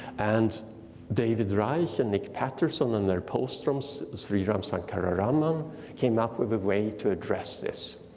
and david reich and nick patterson and their pulsetrons, sriram sankararaman came up with a way to address this.